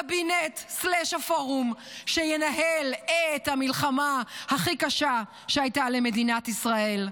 לקבינט/פורום שינהל את המלחמה הכי קשה שהייתה למדינת ישראל.